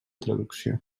traducció